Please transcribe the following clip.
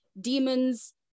Demons